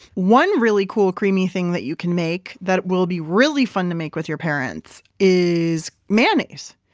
one really cool creamy thing that you can make that will be really fun to make with your parents is mayonnaise.